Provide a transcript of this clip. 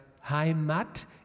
heimat